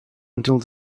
until